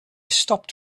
stopped